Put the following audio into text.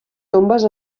tombes